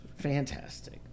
fantastic